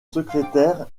secrétaire